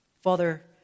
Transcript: Father